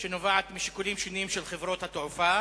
שנובעת משיקולים שונים של חברות התעופה,